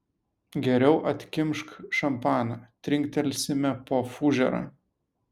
geriau atkimšk šampaną trinktelsime po fužerą